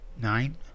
Nine